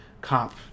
cop